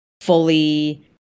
fully